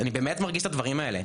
אני באמת מרגיש את הדברים האלה,